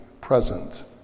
present